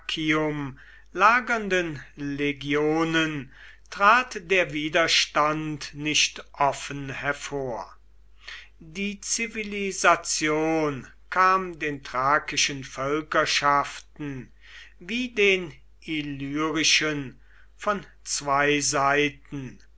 lagernden legionen trat der widerstand nicht offen hervor die zivilisation kam den thrakischen völkerschaften wie den illyrischen von zwei seiten